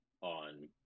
on